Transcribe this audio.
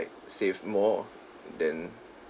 saved more than